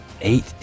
Eight